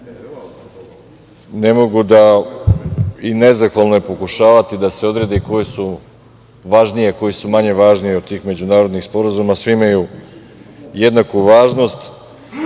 Ne mogu da, i nezahvalno je pokušavati, da se odredi koji su važniji a koji su manje važni od tih međunarodnih sporazuma, svi imaju jednaku važnost. Kad